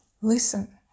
Listen